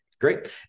Great